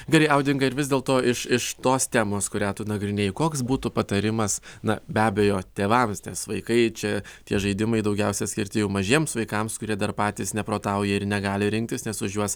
gerai audinga ir vis dėlto iš iš tos temos kurią tu nagrinėji koks būtų patarimas na be abejo tėvams nes vaikai čia tie žaidimai daugiausiai skirti mažiems vaikams kurie dar patys neprotauja ir negali rinktis nes už juos